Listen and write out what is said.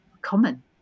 common